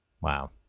Wow